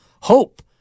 hope